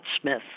Smith